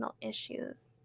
issues